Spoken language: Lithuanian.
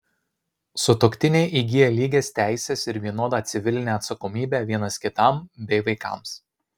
sutuoktiniai įgyja lygias teises ir vienodą civilinę atsakomybę vienas kitam bei vaikams